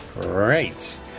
Great